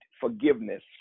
forgiveness